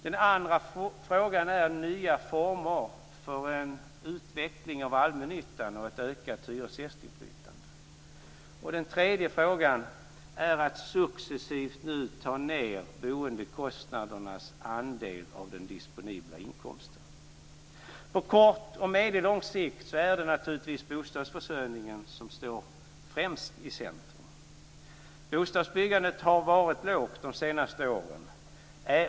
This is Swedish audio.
Den andra frågan är nya former för en utveckling av allmännyttan och ett ökat hyresgästinflytande. Den tredje frågan är att successivt minska boendekostnadernas andel av den disponibla inkomsten. På kort och medellång sikt är det naturligtvis bostadsförsörjningen som står i centrum. Bostadsbyggandet har legat på en låg nivå under de senaste åren.